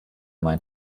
meinen